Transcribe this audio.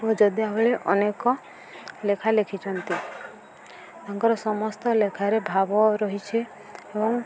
ଓ ଯଦିଓ ଭଳି ଅନେକ ଲେଖା ଲେଖିଛନ୍ତି ତାଙ୍କର ସମସ୍ତ ଲେଖାରେ ଭାବ ରହିଛି ଏବଂ